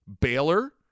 Baylor